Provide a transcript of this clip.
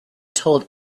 told